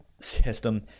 system